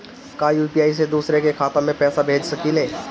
का यू.पी.आई से दूसरे के खाते में पैसा भेज सकी ले?